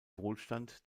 wohlstand